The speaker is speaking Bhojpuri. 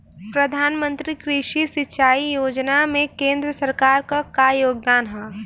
प्रधानमंत्री कृषि सिंचाई योजना में केंद्र सरकार क का योगदान ह?